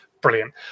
brilliant